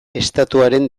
estatuaren